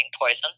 poison